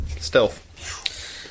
stealth